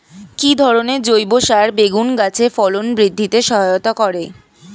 কি ধরনের জৈব সার বেগুন গাছে ফলন বৃদ্ধিতে সহায়তা করে?